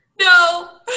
No